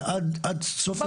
זה עד הטיפול.